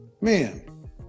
Man